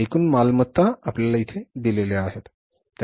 एकूण मालमत्ता दिली आहे